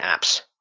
apps